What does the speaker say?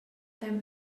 them